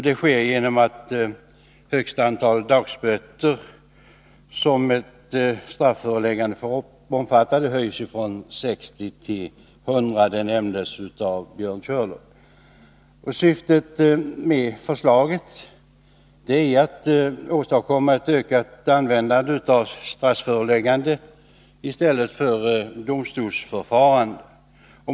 Det sker genom att högsta antalet dagsböter som ett strafföreläggande får omfatta höjs från 60 till 100 — det nämndes av Björn Körlof. Syftet med förslaget är att åstadkomma ett ökat användande av strafföreläggande i stället för domstolsförfarande.